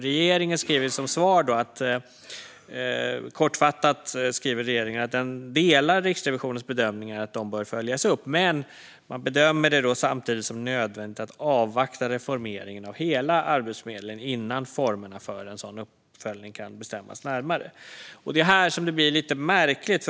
Regeringen skriver i sin skrivelse att den delar Riksrevisionens bedömning att detta bör följas upp, men regeringen bedömer det samtidigt som nödvändigt att avvakta reformeringen av hela Arbetsförmedlingen innan formerna för en sådan uppföljning kan bestämmas närmare. Det är här som det blir lite märkligt.